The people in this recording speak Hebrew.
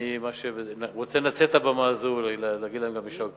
אני רוצה לנצל את הבימה הזאת להגיד להם יישר כוח.